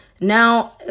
now